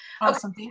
Awesome